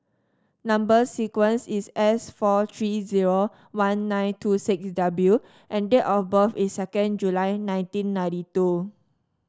number sequence is S four three zero one nine two six W and date of birth is second July nineteen ninety two